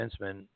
defenseman